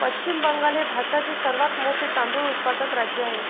पश्चिम बंगाल हे भारतातील सर्वात मोठे तांदूळ उत्पादक राज्य आहे